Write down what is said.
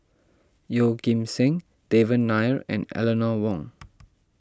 Yeoh Ghim Seng Devan Nair and Eleanor Wong